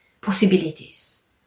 possibilities